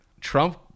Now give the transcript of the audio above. Trump